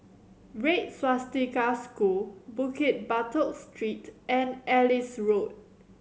Red Swastika School Bukit Batok Street and Ellis Road